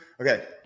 Okay